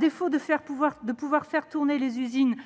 et faute de pouvoir faire tourner les usines